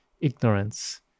ignorance